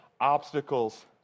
obstacles